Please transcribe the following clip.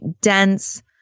dense